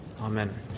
Amen